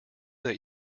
that